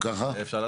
אפשר להצביע.